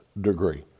degree